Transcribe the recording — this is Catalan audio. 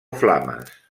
flames